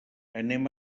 anem